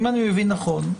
אם אני מבין נכון,